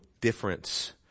difference